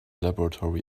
laboratory